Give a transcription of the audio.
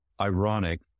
Ironic